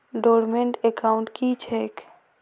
Dormant account की छैक?